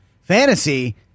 Fantasy